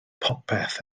popeth